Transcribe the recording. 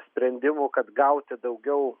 sprendimų kad gauti daugiau